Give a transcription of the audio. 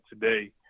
today